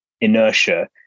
inertia